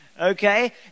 Okay